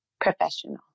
professional